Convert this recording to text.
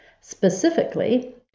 specifically